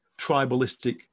tribalistic